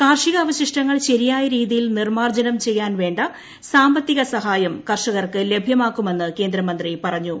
കാർഷികാവശിഷ്ടങ്ങൾ ശരിയായ രീതിയിൽ നിർമാർജ്ജനം ചെയ്യാൻ വേണ്ട സാമ്പത്തിക സഹായം കർഷകർക്ക് ലഭ്യമാക്കുമെന്ന് കേന്ദ്രമന്ത്രി പറഞ്ഞു